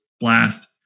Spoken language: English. blast